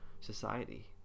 society